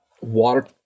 water